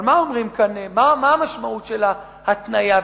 מה המשמעות של ההתניה,